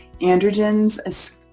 androgens